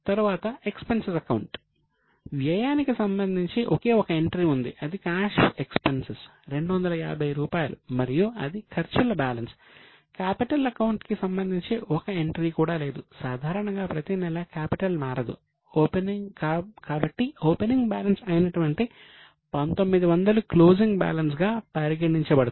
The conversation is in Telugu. తరువాత ఎక్స్పెన్సెస్ అకౌంట్గా పరిగణించబడుతుంది